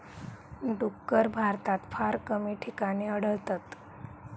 डुक्कर भारतात फार कमी ठिकाणी आढळतत